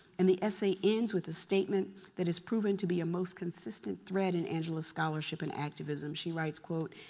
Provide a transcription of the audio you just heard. and the essay ends with a statement that is proven to be a most consistent thread in angela's scholarship and activism. she writes, quote,